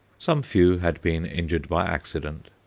some few had been injured by accident,